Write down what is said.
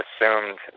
assumed